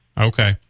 Okay